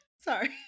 Sorry